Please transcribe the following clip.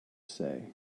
say